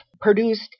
produced